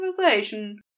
conversation